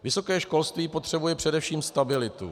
Vysoké školství potřebuje především stabilitu.